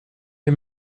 les